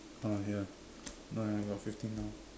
ah ya my I got fifteen now